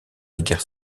guerre